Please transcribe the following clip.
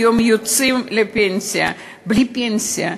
היום יוצאים לפנסיה בלי פנסיה,